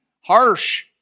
harsh